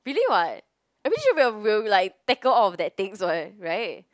really [what] I mean we will like tackle all of that things [what] right